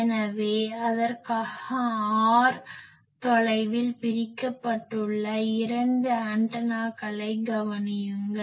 எனவே அதற்காக R தொலைவில் பிரிக்கப்பட்டுள்ள இரண்டு ஆண்டனாக்களைக் கவனியுங்கள்